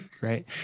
right